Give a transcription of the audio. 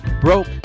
broke